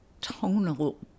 tonal